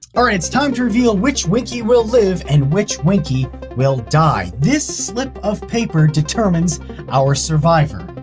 alright, it's time to reveal which winkey will live and which winkey will die. this slip of paper determines our survivor,